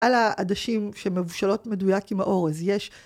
על העדשים שמבושלות מדויק עם האורז יש